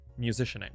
musicianing